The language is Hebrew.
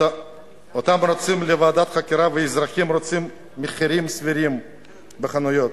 אתם רוצים ועדת חקירה והאזרחים רוצים מחירים סבירים בחנויות.